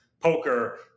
poker